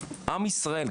עם ישראל,